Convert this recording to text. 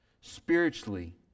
spiritually